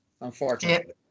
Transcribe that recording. unfortunately